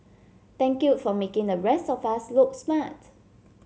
thank you for making the rest of us look smart